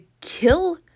kill